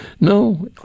No